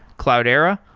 cloudera,